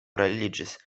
ruliĝis